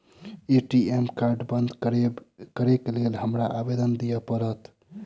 ATM card बंद करैक लेल हमरा आवेदन दिय पड़त?